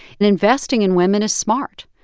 and investing in women is smart.